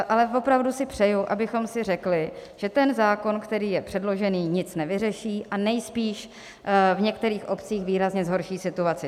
Ale opravdu si přeju, abychom si řekli, že ten zákon, který je předložený, nic nevyřeší a nejspíš v některých obcích výrazně zhorší situaci.